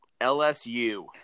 LSU